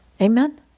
Amen